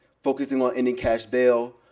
focusing on ending cash bail.